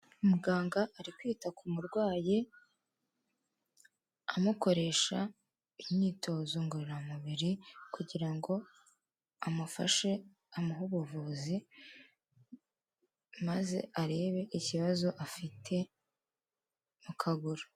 Muganga ari kwita ku murwayi, amukoresha imyitozo ngororamubiri kugira ngo amufashe amuhe ubuvuzi, maze arebe ikibazo afite mu kaguru.